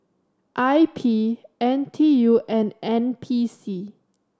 I P N T U and N P C